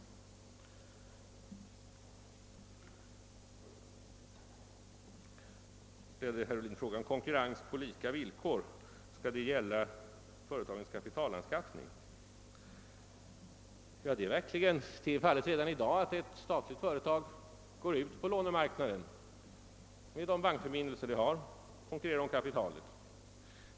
Herr Ohlin frågade sedan om konkurrens på lika villkor skall gälla företagens kapitalanskaffning. Redan i dag går statliga företag ut på lånemarknaden med de bankförbindelser som finns och konkurrerar om kapitalet.